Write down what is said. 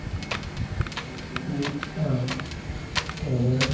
ᱢᱤᱫᱴᱟᱝ ᱮᱱᱮᱢ